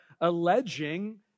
alleging